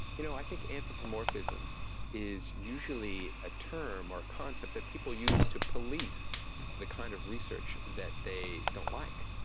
you know, i think anthropomorphism is usually a term or a concept that people use to police the kind of research that they don't like,